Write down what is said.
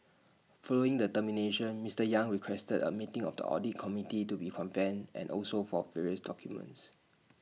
following the termination Mister yang requested A meeting of the audit committee to be convened and also for various documents